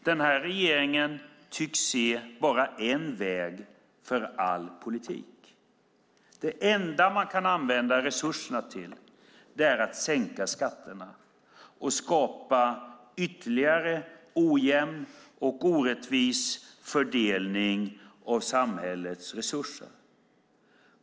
Den här regeringen tycks se bara en väg för all politik. Det enda man kan använda resurserna till är att sänka skatterna och skapa ytterligare ojämn och orättvis fördelning av samhällets resurser.